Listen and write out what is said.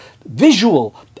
Visual